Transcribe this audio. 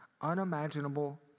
unimaginable